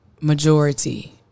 majority